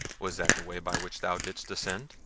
was that the way by which thou didst descend?